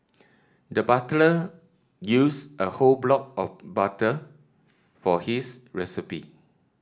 the used a whole block of butter for his recipe